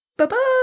Bye-bye